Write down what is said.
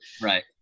Right